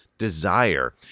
desire